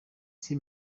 ese